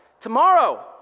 tomorrow